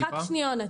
רק רגע.